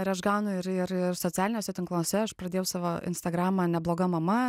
ir aš gaunu ir ir ir socialiniuose tinkluose aš pradėjau savo instagramą nebloga mama